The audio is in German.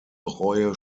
reue